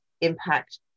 impact